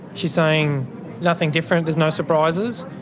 she's saying nothing different, there's no surprises.